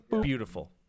beautiful